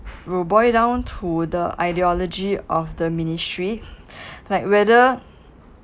will boil down to the ideology of the ministry like whether